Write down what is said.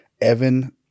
Evan